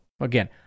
Again